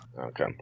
Okay